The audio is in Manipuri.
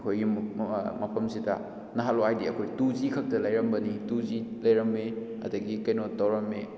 ꯑꯩꯈꯣꯏꯒꯤ ꯃꯐꯝꯁꯤꯗ ꯅꯍꯥꯟꯋꯥꯏꯗꯤ ꯑꯩꯈꯣꯏ ꯇꯨ ꯖꯤ ꯈꯛꯇ ꯂꯩꯔꯝꯕꯅꯤ ꯇꯨ ꯖꯤ ꯂꯩꯔꯝꯃꯤ ꯑꯗꯒꯤ ꯀꯩꯅꯣ ꯇꯧꯔꯝꯃꯤ